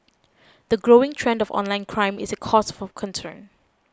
the growing trend of online crime is a cause for concern